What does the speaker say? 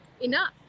enough